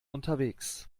unterwegs